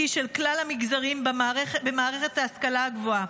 של כלל המגזרים במערכת ההשכלה הגבוהה.